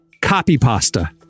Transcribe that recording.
copypasta